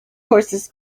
horses